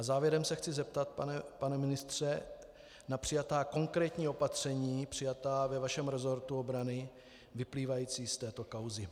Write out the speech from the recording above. Závěrem se chci zeptat, pane ministře, na přijatá konkrétní opatření přijatá ve vašem resortu obrany, vyplývající z této kauzy.